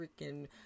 freaking